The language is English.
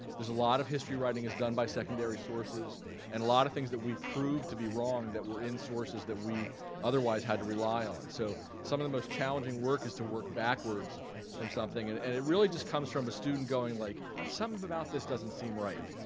there's a lot of history writing is done by secondary sources and a lot of things that we prove to be wrong that were in sources that we otherwise had to rely on. so some of the most challenging work is to work backwards from something and and it really just comes from a student going like something about this doesn't seem right.